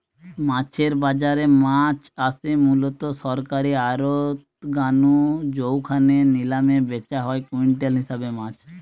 মাছের বাজারে মাছ আসে মুলত সরকারী আড়ত গা নু জউখানে নিলামে ব্যাচা হয় কুইন্টাল হিসাবে মাছ